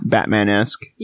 Batman-esque